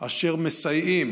אשר מסייעים